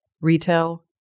retail